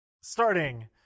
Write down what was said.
Starting